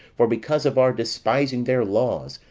for because of our despising their laws,